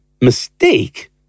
mistake